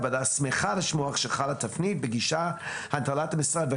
הוועדה שמחה לשמוע שחלה תפנית בגישה של המשרד.